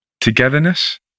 Togetherness